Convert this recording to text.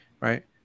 right